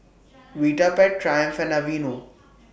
Vitapet Triumph and Aveeno